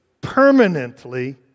permanently